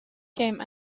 came